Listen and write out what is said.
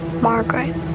Margaret